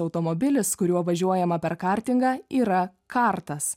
automobilis kuriuo važiuojama per kartingą yra kartas